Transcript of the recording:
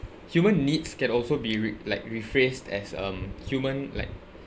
human needs can also be re~ like rephrased as um human like